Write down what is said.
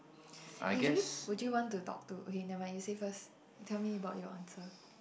actually would you want to talk to okay never mind you say first you tell me about your answer